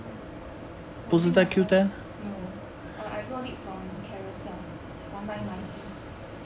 no 我已经买了 no I I got it from carousell for nine ninety